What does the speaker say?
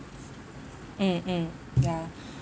mm mm ya